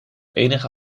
enige